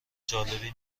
جالبی